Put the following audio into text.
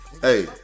Hey